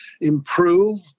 improve